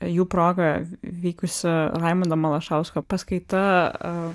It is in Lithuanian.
jų proga v vykusi raimundo malašausko paskaita